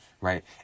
right